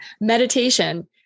meditation